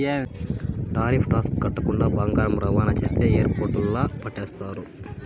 tariff tax కట్టకుండా బంగారం రవాణా చేస్తే ఎయిర్పోర్టుల్ల పట్టేస్తారు